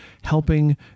helping